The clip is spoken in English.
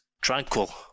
tranquil